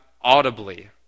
audibly